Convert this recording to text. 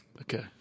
Okay